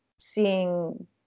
Seeing